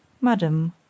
Madam